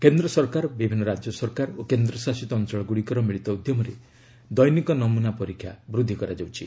କେନ୍ଦ୍ର ସରକାର ବିଭିନ୍ନ ରାଜ୍ୟ ସରକାର ଓ କେନ୍ଦ୍ରଶାସିତ ଅଞ୍ଚଳଗୁଡ଼ିକର ମିଳିତ ଉଦ୍ୟମରେ ଦୈନିକ ନମୁନା ପରୀକ୍ଷା ବୃଦ୍ଧି କରାଯାଉଛି